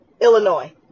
Illinois